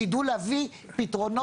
שידעו להביא פתרונות.